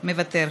מוותר,